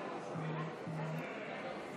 חברי הכנסת,